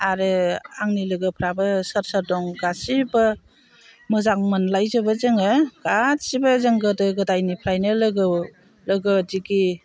आरो आंनि लोगोफ्राबो सोर सोर दं गासिबो मोजां मोनलायजोबो जोङो गासिबो जों गोदो गोदायनिफ्रायनो लोगो लोगो दिगि